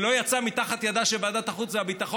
והוא לא יצא מתחת ידה של ועדת החוץ והביטחון,